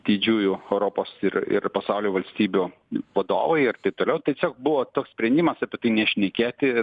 didžiųjų europos ir ir pasaulio valstybių vadovai ir taip toliau tiesiog buvo toks sprendimas apie tai nešnekėti